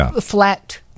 flat